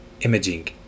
imaging